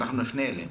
ואנחנו נפנה אליהם